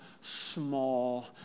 small